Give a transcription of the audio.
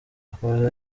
akomeza